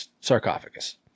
sarcophagus